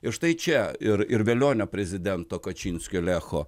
ir štai čia ir ir velionio prezidento kačinskio lecho